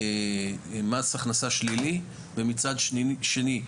מס הכנסה שלילי ומצד שני,